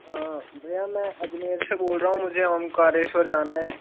हाँ भैया मैं अजमेर से बोल रहा हूँ मुझे ओंकारेश्वर जाना है